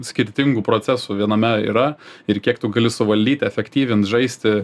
skirtingų procesų viename yra ir kiek tu gali suvaldyti efektyvint žaisti